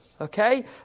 Okay